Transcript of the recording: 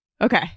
Okay